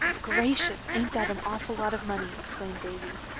gracious, ain't that an awful lot of money, exclaimed davy.